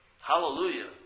Hallelujah